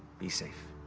be safe.